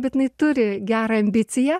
bet jinai turi gerą ambiciją